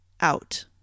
out